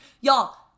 y'all